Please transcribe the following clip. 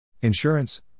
Insurance